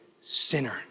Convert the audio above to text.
sinner